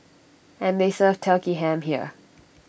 and they serve turkey ham here